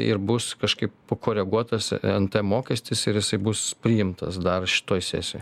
ir bus kažkaip pakoreguotas nt mokestis ir jisai bus priimtas dar šitoj sesijoj